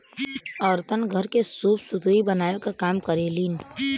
औरतन घर के सूप सुतुई बनावे क काम करेलीन